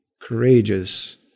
courageous